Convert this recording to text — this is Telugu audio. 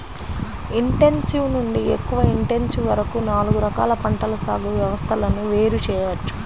ఇంటెన్సివ్ నుండి ఎక్కువ ఇంటెన్సివ్ వరకు నాలుగు రకాల పంటల సాగు వ్యవస్థలను వేరు చేయవచ్చు